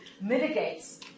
mitigates